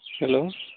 hello